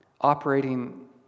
operating